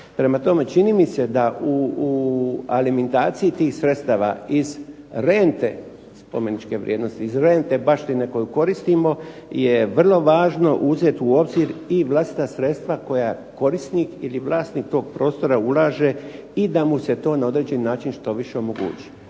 Prema tome čini mi se da u alimentaciji tih sredstava iz rente spomeničke vrijednosti, iz rente baštine koju koristimo je vrlo važno uzeti u obzir i vlastita sredstva koja korisnik ili vlasnik tog prostora ulaže i da mu se to na određeni način što više omogući.